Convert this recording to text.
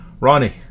Ronnie